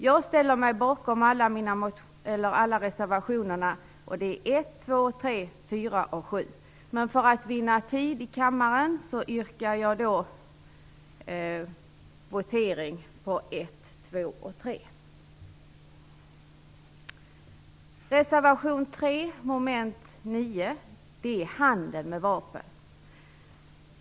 Jag ställer mig bakom alla reservationerna - nr 1, 2, 3, 4 och 7 - men för att vinna tid i kammaren yrkar jag bifall endast till nr 1, 2 och 3. Reservation 3 beträffande mom. 9 gäller handel med vapen.